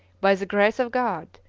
by the grace of god,